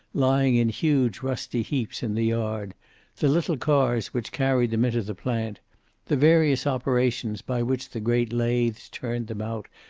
lying in huge rusty heaps in the yard the little cars which carried them into the plant the various operations by which the great lathes turned them out,